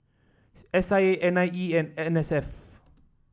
S I A N I E and N S F